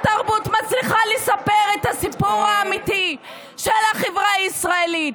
התרבות מצליחה לספר את הסיפור האמיתי של החברה הישראלית.